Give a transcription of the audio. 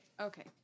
Okay